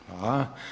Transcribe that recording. Hvala.